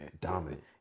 Dominant